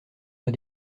pas